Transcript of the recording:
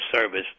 service